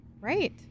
Right